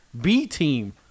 B-Team